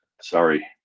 sorry